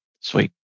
Sweet